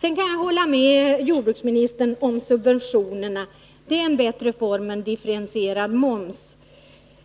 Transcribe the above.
Jag kan hålla med jordbruksministern om att subventioner är en bättre form än differentierad moms,